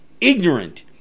ignorant